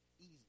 easy